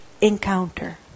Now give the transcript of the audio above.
encounter